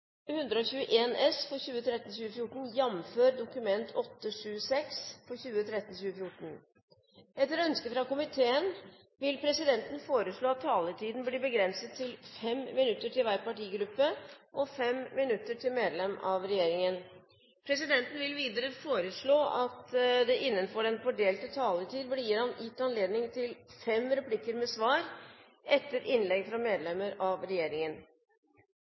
obligatorisk og styrking av barnehusa. Forslagene vil bli behandlet på reglementsmessig måte. Etter ønske fra helse- og omsorgskomiteen vil presidenten foreslå at taletiden begrenses til 5 minutter til hver partigruppe og 5 minutter til medlem av regjeringen. Videre vil presidenten foreslå at det blir gitt anledning til tre replikker med svar etter innlegg fra partienes hovedtalere og fem replikker med svar etter innlegg fra medlemmer av regjeringen